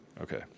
Okay